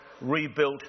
rebuilt